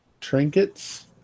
trinkets